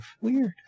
weird